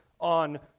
on